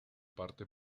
parte